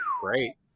great